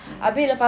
mm